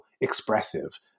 expressive